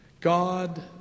God